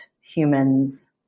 humans